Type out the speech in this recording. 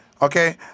Okay